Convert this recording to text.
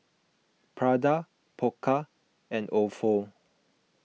Prada Pokka and Ofo